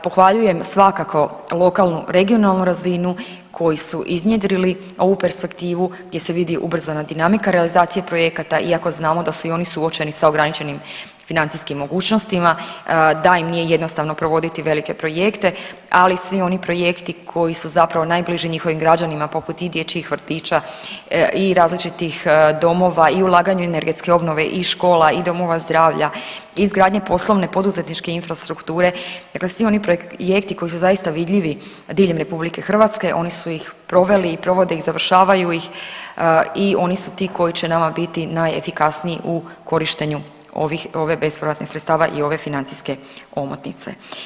Pohvaljujem svakako lokalnu, regionalnu razinu koji su iznjedrili ovu perspektivu gdje se vidi ubrzana dinamika realizacije projekata iako znamo da su i oni suočeni sa ograničenim financijskim mogućnostima, da im nije jednostavno provoditi velike projekte, ali svi oni projekti koji su zapravo najbliži njihovih građanima poput i dječjih vrtića i različitih domova i ulaganja u energetske obnove i škola i domova zdravlja i izgradnje poslovne poduzetničke infrastrukture, dakle svi oni projekti koji su zaista vidljivi diljem RH oni su ih proveli i provode ih, završavaju ih i oni su ti koji će nama biti najefikasniji u korištenju ovih, ove bespovratnih sredstava i ove financijske omotnice.